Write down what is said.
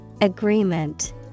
Agreement